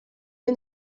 des